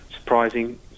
surprising